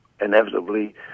inevitably